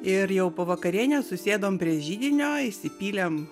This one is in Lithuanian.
ir jau po vakarienės susėdom prie židinio įsipylėm